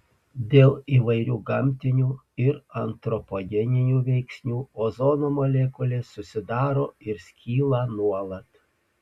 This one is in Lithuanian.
dėl įvairių gamtinių ir antropogeninių veiksnių ozono molekulės susidaro ir skyla nuolat